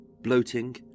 bloating